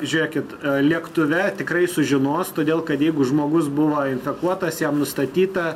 žiūrėkit lėktuve tikrai sužinos todėl kad jeigu žmogus buvo infekuotas jam nustatyta